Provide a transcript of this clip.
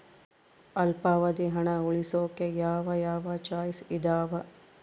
ಅಲ್ಪಾವಧಿ ಹಣ ಉಳಿಸೋಕೆ ಯಾವ ಯಾವ ಚಾಯ್ಸ್ ಇದಾವ?